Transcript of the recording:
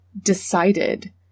decided